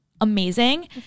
amazing